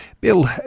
Bill